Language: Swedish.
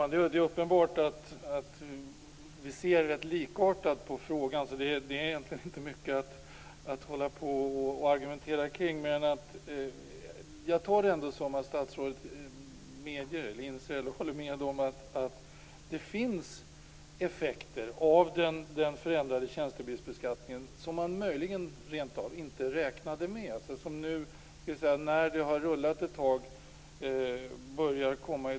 Fru talman! Det är uppenbart att vi ser rätt likartat på frågan, så det är egentligen inte mycket att argumentera kring. Jag tar det ändå som att statsrådet håller med om att det finns effekter av den förändrade tjänstebilsbeskattningen som man möjligen inte räknade med, som börjar komma i dagen nu när det har rullat ett tag.